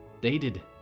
dated